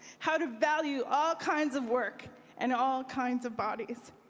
how to value all kinds of work and all kinds of bodies.